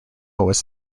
was